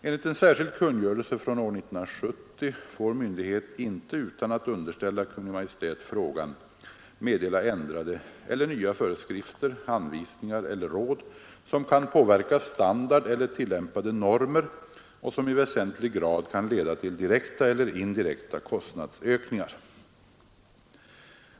Enligt en särskild kungörelse från år 1970 får myndighet inte utan att underställa Kungl. Maj:t frågan meddela ändrade eller nya föreskrifter, anvisningar eller råd som kan påverka standard eller tillämpade normer och som i väsentlig grad kan leda till direkta eller indirekta kostnadsökningar.